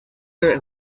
there